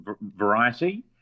variety